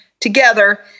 together